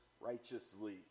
righteously